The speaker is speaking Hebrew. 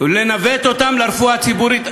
לנווט אותם לרפואה הציבורית.